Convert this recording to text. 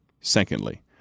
Secondly